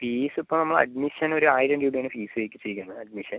fees ഇപ്പോൾ നമ്മൾ admission ഒരു ആയിരം രൂപ ആണ് ഫീസ് വെച്ചിരിക്കുന്നത് അഡ്മിഷൻ